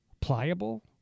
pliable